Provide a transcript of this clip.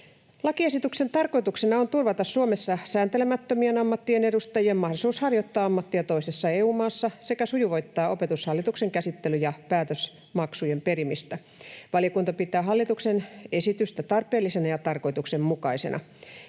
Lakiesityksen tarkoituksena on turvata Suomessa sääntelemättömien ammattien edustajien mahdollisuus harjoittaa ammattia toisessa EU-maassa sekä sujuvoittaa Opetushallituksen käsittely‑ ja päätösmaksujen perimistä. Valiokunta pitää hallituksen esitystä tarpeellisena ja tarkoituksenmukaisena.